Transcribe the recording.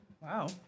Wow